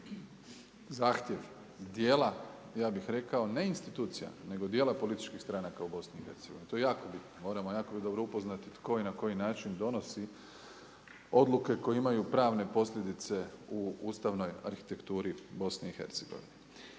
zahtjev djela, ja bih rekao ne institucija nego dijela političkih stranaka u BiH, to je jako bitno. Moramo biti jako dobro upoznati tko na koji način donosi odluke koje imaju pravne posljedice u ustavnoj arhitekturi BiH.